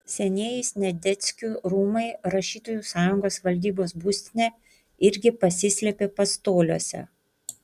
senieji sniadeckių rūmai rašytojų sąjungos valdybos būstinė irgi pasislėpė pastoliuose